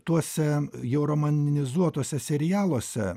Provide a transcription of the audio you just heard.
tuose jo romanizuotuose serialuose